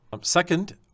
Second